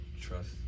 trust